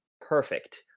perfect